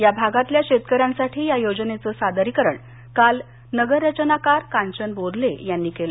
या भागातल्या शेतकऱ्यांसाठी या योजनेचं सादरीकरण काल नगररचनाकार कांचन बोधले यांनी केलं